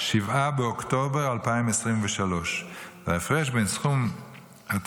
7 באוקטובר 2023. ההפרש בין סכום התגמול